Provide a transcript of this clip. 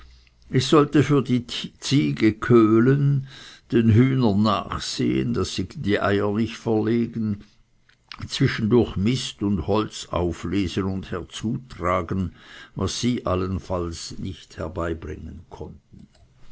ich sollte für die ziege köhlen den hühnern nachsehen daß sie die eier nicht verlegen zwischendurch mist und holz auflesen und herzutragen was sie allfällig nicht herbeibringen konnten